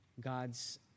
God's